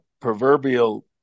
proverbial